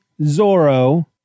Zorro